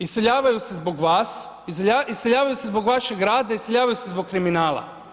Iseljavaju se zbog vas, iseljavaju se zbog vašeg rada, iseljavaju se zbog kriminala.